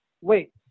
wait